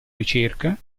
ricerca